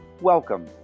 Welcome